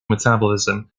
metabolism